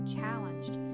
challenged